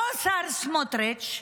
אותו שר, סמוטריץ'